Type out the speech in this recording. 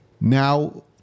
Now